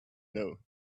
know